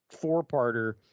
four-parter